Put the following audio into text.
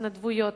התנדבויות,